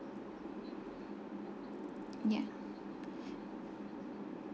yeah